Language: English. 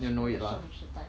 我们的少女时代